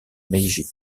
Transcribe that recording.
meiji